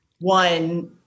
one